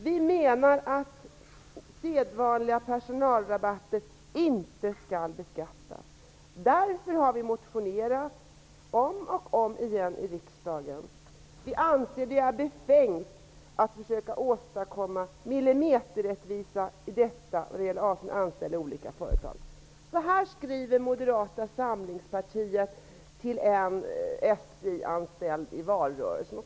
Vi menar att sedvanliga personalrabatter inte skall beskattas. Detta har vi motionerat om i riksdagen. Vi inser att det är befängt att försöka åstadkomma millimeterrättvisa i detta avseende mellan anställda i olika företag.'' Det skriver Moderata samlingspartiet i valrörelsen till en SJ-anställd.